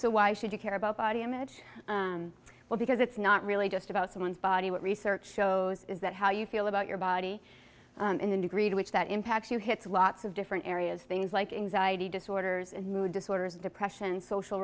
so why should you care about body image well because it's not really just about someone's body what research shows is that how you feel about your body and the degree to which that impacts you hits lots of different areas things like anxiety disorders mood disorders depression social